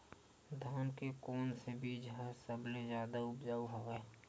धान के कोन से बीज ह सबले जादा ऊपजाऊ हवय?